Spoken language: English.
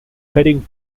heading